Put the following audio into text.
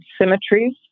symmetries